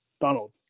donald